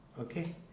Okay